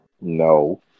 No